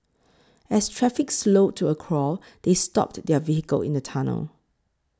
as traffic slowed to a crawl they stopped their vehicle in the tunnel